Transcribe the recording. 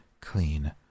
clean